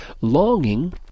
longing